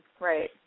Right